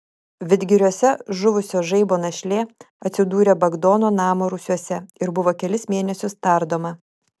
vidgiriuose žuvusio žaibo našlė atsidūrė bagdono namo rūsiuose ir buvo kelis mėnesius tardoma